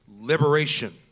liberation